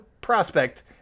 prospect